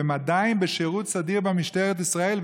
הם עדיין בשירות סדיר במשטרת ישראל,